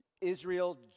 Israel